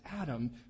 Adam